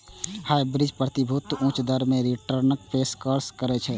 hybrid प्रतिभूति उच्च दर मे रिटर्नक पेशकश करै छै